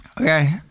Okay